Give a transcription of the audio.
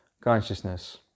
consciousness